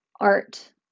art